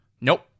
Nope